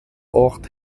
ort